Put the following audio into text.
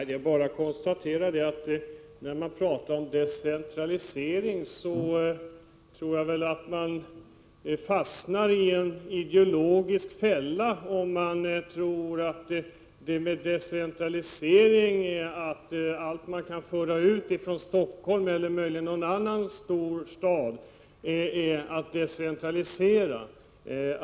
Herr talman! När man talar om decentralisering fastnar man nog i en 19 maj 1988 ideologisk fälla om man tror att all lokalisering ut från Stockholm eller någon annan stor stad är detsamma som decentralisering.